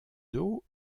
dos